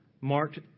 marked